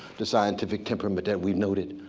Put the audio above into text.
the scientific temperament that we noted.